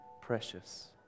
precious